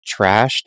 trashed